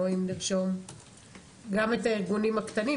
אם נרשום גם את הארגונים הקטנים,